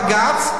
בג"ץ,